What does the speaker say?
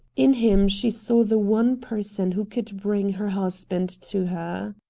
in him she saw the one person who could bring her husband to her.